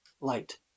light